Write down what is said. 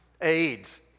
AIDS